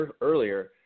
earlier